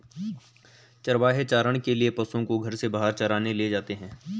चरवाहे चारण के लिए पशुओं को घर से बाहर चराने ले जाते हैं